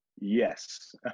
yes